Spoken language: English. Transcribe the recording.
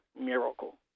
miracle